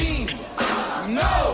no